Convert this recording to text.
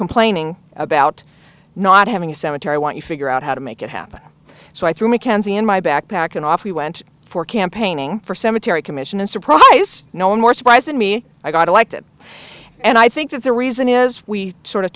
complaining about not having a cemetery when you figure out how to make it happen so i threw mckenzie in my backpack and off we went for campaigning for cemetery commission and surprise no one more surprised than me i got elected and i think that the reason is we sort of